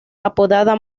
apodada